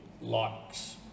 likes